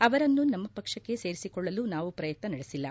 ಅವರನ್ನು ನಮ್ಮ ಪಕ್ಷಕ್ಕೆ ಸೇರಿಸಿಕೊಳ್ಳಲು ನಾವು ಪ್ರಯತ್ನ ನಡೆಸಿಲ್ಲ